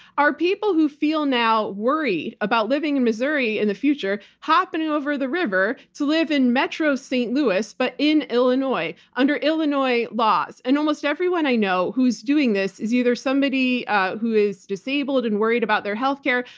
are people who feel now worried about living in missouri in the future happening over the river to live in metro st. louis but in illinois, under illinois laws. and almost everyone i know who's doing this is either somebody who is disabled and worried about their health care,